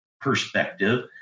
perspective